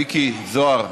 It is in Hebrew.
מיקי זוהר,